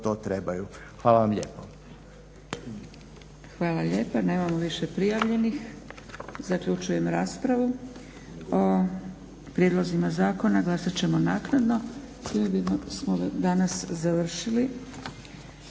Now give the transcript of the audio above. Hvala vam lijepo.